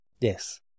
Yes